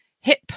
hip